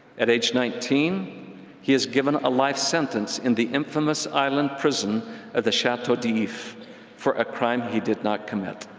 at age nineteen he is given a life sentence in the infamous island prison of the chateau d'if for a crime he did not commit.